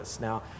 Now